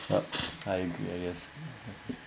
what I agree yes